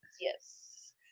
yes